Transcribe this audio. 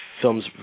films